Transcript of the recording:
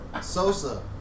Sosa